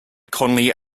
conley